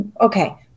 okay